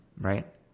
Right